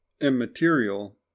immaterial